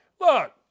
Look